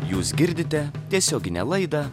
jūs girdite tiesioginę laidą